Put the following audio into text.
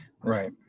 Right